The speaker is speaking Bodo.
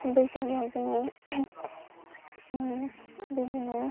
बैसागुआव जोङो बिदिनो